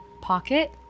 pocket